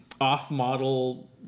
off-model